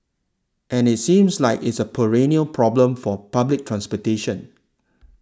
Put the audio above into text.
and it seems like it's a perennial problem for public transportation